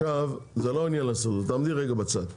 עכשיו, זה לא עניין להסתדרות, תעמדי רגע בצד.